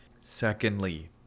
Secondly